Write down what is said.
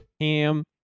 ham